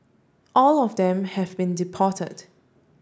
all of them have been deported